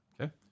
okay